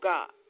God